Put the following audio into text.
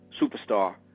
superstar